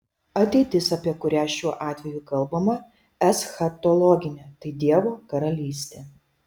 ateitis apie kurią šiuo atveju kalbama eschatologinė tai dievo karalystė